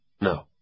no